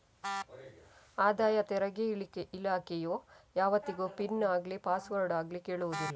ಆದಾಯ ತೆರಿಗೆ ಇಲಾಖೆಯು ಯಾವತ್ತಿಗೂ ಪಿನ್ ಆಗ್ಲಿ ಪಾಸ್ವರ್ಡ್ ಆಗ್ಲಿ ಕೇಳುದಿಲ್ಲ